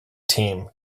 team